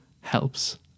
helps